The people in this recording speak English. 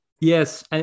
Yes